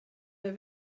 der